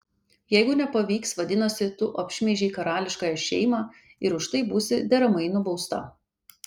jeigu nepavyks vadinasi tu apšmeižei karališkąją šeimą ir už tai būsi deramai nubausta